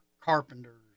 carpenters